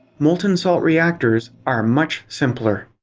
molten salt reactors are much simpler.